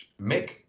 Mick